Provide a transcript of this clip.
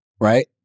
right